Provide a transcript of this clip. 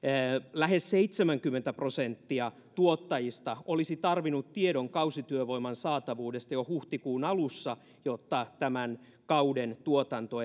lähes seitsemänkymmentä prosenttia tuottajista olisi tarvinnut tiedon kausityövoiman saatavuudesta jo huhtikuun alussa jotta tämän kauden tuotanto